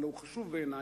אבל הוא חשוב בעיני,